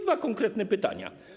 Dwa konkretne pytania.